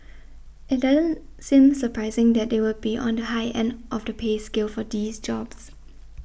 it doesn't seem surprising that they would be on the high end of the pay scale for these jobs